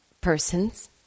Persons